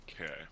Okay